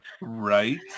Right